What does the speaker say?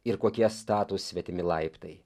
ir kokie statūs svetimi laiptai